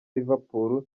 liverpool